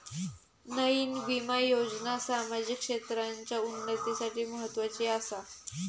नयीन विमा योजना सामाजिक क्षेत्राच्या उन्नतीसाठी म्हत्वाची आसा